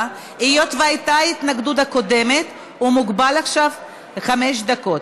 היות שהייתה התנגדות קודמת הוא מוגבל עכשיו לחמש דקות.